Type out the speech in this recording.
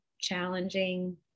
challenging